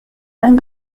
and